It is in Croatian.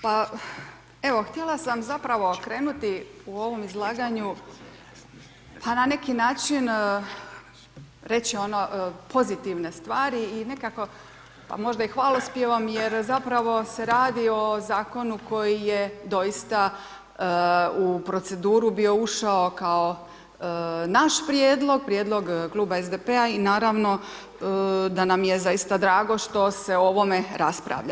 Pa evo htjela sam zapravo krenuti u ovom izlaganju pa na neki način reći ono, pozitivne stvari i nekako, pa možda i hvalospjevom jer zapravo se radi o zakonu koji je doista u proceduru bio ušao kao naš prijedlog, prijedlog kluba SDP-a i naravno da nam je zaista drago što se o ovome raspravlja.